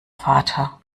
vater